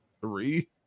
Three